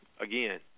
again